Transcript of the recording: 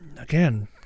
again